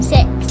Six